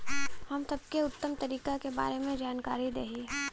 हम सबके उत्तम तरीका के बारे में जानकारी देही?